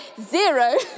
zero